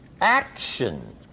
action